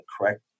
correct